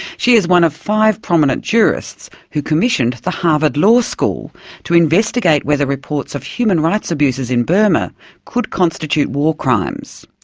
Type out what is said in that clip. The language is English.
she is one of five prominent jurists who commissioned the harvard law school to investigate whether reports of human rights abuses in burma could constitute war crimes.